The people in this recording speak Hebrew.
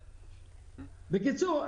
בקיצור,